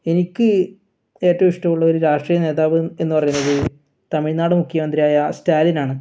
എനിക്ക് ഏറ്റവും ഇഷ്ട്ടമുള്ള ഒരു രാഷ്ട്രീയ നേതാവ് എന്ന് പറയുന്നത് തമിഴ്നാട് മുഖ്യമന്ത്രിയായ സ്റ്റാലിനാണ്